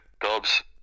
Dubs